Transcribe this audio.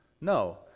No